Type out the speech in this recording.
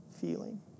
feeling